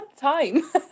time